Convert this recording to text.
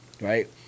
right